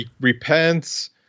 repents